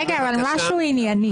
משהו ענייני.